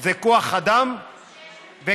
זה כוח אדם וכלים.